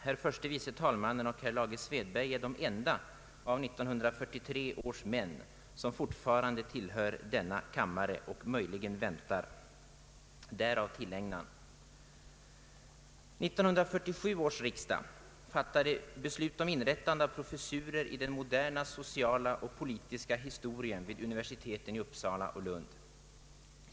Herr förste vice talmannen och herr Lage Svedberg är de enda av 1943 års riks 1947 års riksdag fattade beslut om inrättande av professurer i den moderna sociala och politiska historien vid universiteten i Uppsala och Lund.